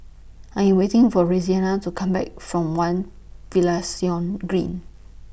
I Am waiting For Roseanna to Come Back from one Finlayson Green